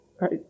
right